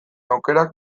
aukerak